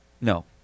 No